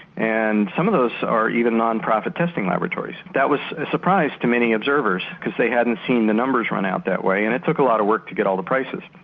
and some of those are even non profit testing laboratories, that was a surprise to many observers cause they hadn't seen the numbers run out that way and it took a lot of work to get all the prices.